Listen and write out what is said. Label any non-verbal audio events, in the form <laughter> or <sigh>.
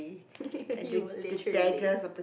<laughs> you will literally